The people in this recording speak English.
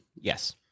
Yes